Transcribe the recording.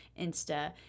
Insta